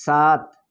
سات